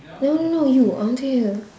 no no no you I want to hear